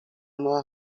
uma